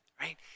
right